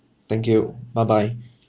thank you bye bye